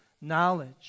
knowledge